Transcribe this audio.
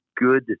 good